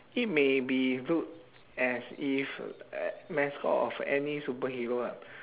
it may be look as if a~ mascot of any superhero lah